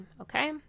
okay